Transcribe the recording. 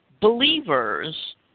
believers